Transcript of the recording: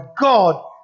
God